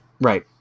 Right